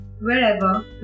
wherever